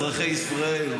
אזרחי ישראל,